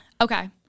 Okay